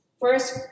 First